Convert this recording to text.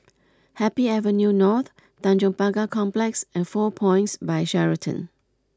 Happy Avenue North Tanjong Pagar Complex and Four Points by Sheraton